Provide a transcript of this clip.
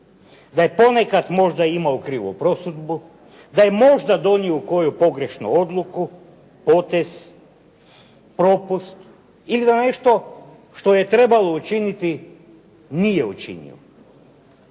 da je ponekad možda imao krivu prosudbu, da je možda donio koju pogrešnu odluku, potez, propust ili da nešto što je trebalo učiniti nije učinio.